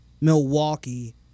milwaukee